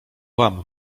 wam